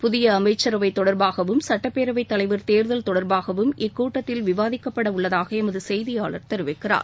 புதிய அமைச்சரவை தொடர்பாகவும் சட்டப்பேரவைத் தலைவர் தேர்தல் தொடர்பாகவும் இக்கூட்டத்தில் விவாதிக்கப்பட உள்ளதாக எமது செய்தியாளர் தெரிவிக்கிறார்